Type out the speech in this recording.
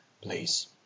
Please